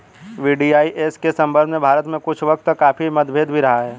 VDIS के संदर्भ में भारत में कुछ वक्त तक काफी मतभेद भी रहा है